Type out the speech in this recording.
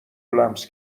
لمس